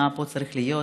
מה פה צריך להיות,